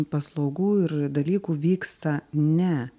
paslaugų ir dalykų vyksta ne